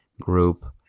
group